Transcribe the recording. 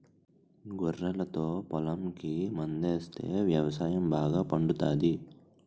గొర్రెలతో పొలంకి మందాస్తే వ్యవసాయం బాగా పండుతాది